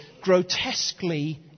grotesquely